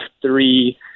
three